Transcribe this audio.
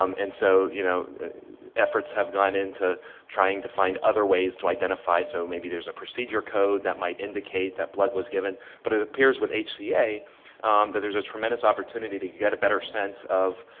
um and so you know that efforts have gone into trying to find other ways to identify so maybe there's a procedure code that might indicate that blood was given but it appears with hca that there's a tremendous opportunity to get a better sense of